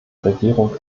regierung